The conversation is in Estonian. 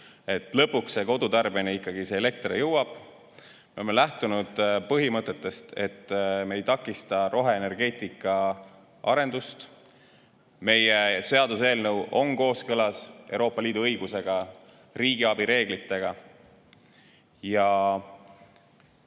lõpuks ikkagi see elekter jõuab. Me oleme lähtunud põhimõttest, et me ei takista roheenergeetika arendust. Meie seaduseelnõu on kooskõlas Euroopa Liidu õigusega ja riigiabi reeglitega.